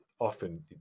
often